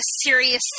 serious